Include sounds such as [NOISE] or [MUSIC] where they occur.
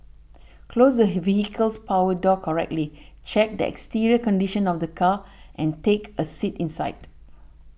close the [NOISE] vehicle's power door correctly check the exterior condition of the car and take a seat inside